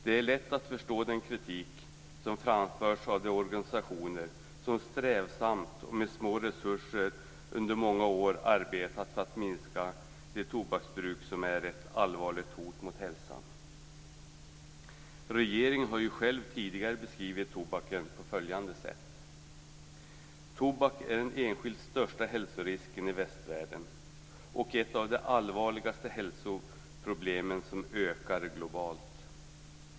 Det är lätt att förstå den kritik som framförs av de organisationer som strävsamt och med små resurser under många år arbetat för att minska det tobaksbruk som är ett allvarligt hot mot hälsan. Regeringen har själv tidigare beskrivit tobaken på följande sätt: "Tobak är den enskilt största hälsorisken i västvärlden och ett av de allvarligaste hälsoproblemen som ökar globalt.